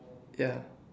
ya